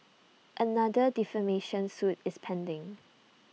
another defamation suit is pending